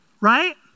right